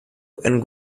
and